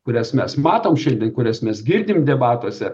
kurias mes matom šiandien kurias mes girdim debatuose